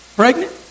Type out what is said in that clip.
pregnant